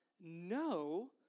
no